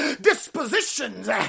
dispositions